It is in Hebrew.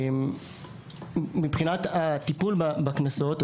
מבחינת הטיפול בקנסות,